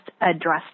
address